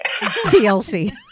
TLC